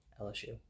LSU